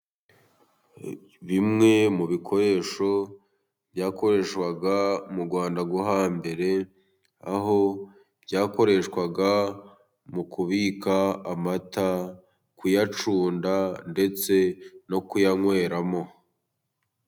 Bimwe mu bikoresho byakoreshwa mu rwanda rwo hambere. Aho byakoreshwaga mu kubika amata ,kuyacunda ndetse no kuyanyweramo.